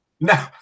No